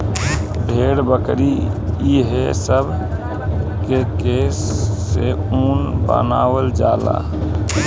भेड़, बकरी ई हे सब के केश से ऊन बनावल जाला